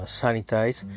sanitize